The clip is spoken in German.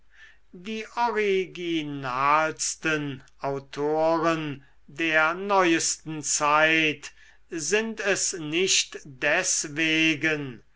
die originalsten autoren der neusten zeit sind es nicht deswegen